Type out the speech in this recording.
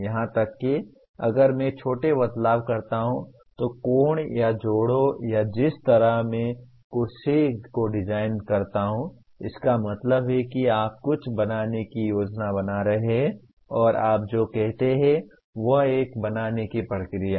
यहां तक कि अगर मैं छोटे बदलाव करता हूं तो कोण या जोड़ों या जिस तरह से मैं कुर्सी को डिजाइन करता हूं इसका मतलब है कि आप कुछ बनाने की योजना बना रहे हैं और आप जो कहते हैं वह एक बनाने की प्रक्रिया है